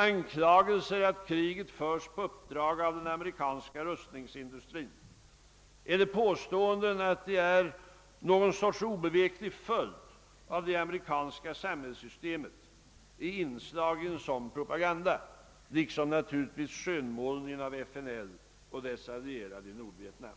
Anklagelser att kriget förs på uppdrag av den amerikanska rustningsindustrin eller påståenden att det är fråga om någon sorts obeveklig följd av det amerikanska samhällssystemet är inslag i en sådan propaganda liksom naturligtvis skönmålningen av FNL och dess allierade, Nordvietnam.